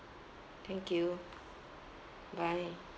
thank you bye